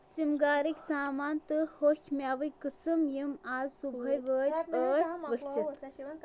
سِمگارٕکۍ سامان تہٕ ہۄکھۍ مٮ۪وٕکۍ قٕسٕم یِم آز صُبحٲے وٲتۍ ٲسۍ ؤسِتھ